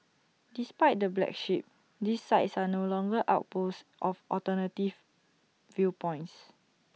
despite the black sheep these sites are no longer outposts of alternative viewpoints